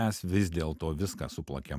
mes vis dė to viską supalakėme